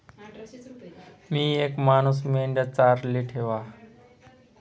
मी येक मानूस मेंढया चाराले ठेवा